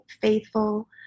faithful